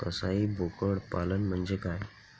कसाई बोकड पालन म्हणजे काय?